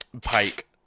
Pike